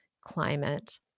climate